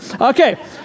Okay